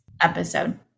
episode